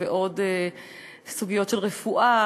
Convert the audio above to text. ועוד סוגיות של רפואה